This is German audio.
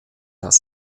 das